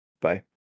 bye